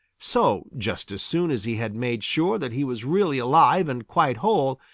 so just as soon as he had made sure that he was really alive and quite whole,